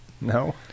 No